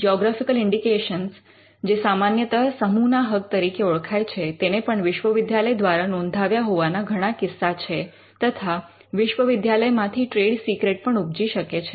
geographical indication જે સામાન્યતઃ સમૂહના હક તરીકે ઓળખાય છે તેને પણ વિશ્વવિદ્યાલય દ્વારા નોંધાવ્યા હોવાના ઘણા કિસ્સા છે તથા વિશ્વવિદ્યાલયમાંથી ટ્રેડ સિક્રેટ પણ ઉપજી શકે છે